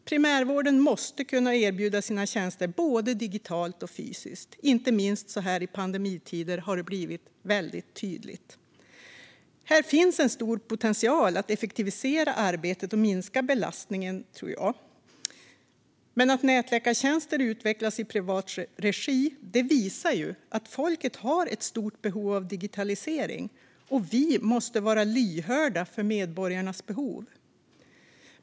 Primärvården måste kunna erbjuda sina tjänster både digitalt och fysiskt. Inte minst såhär i pandemitider har det blivit väldigt tydligt. Här finns en stor potential att effektivisera arbetet och minska belastningen. Att nätläkartjänster utvecklas i privat regi visar att befolkningen har ett stort behov av digitalisering, och vi måste vara lyhörda för medborgarnas behov.